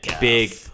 big